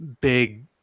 big